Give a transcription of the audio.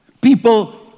people